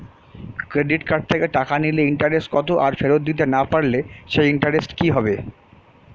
Credit card থেকে টাকা নিলে ইন্টারেস্ট কত আর ফেরত দিতে না পারলে সেই ইন্টারেস্ট কি হবে?